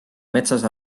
metsas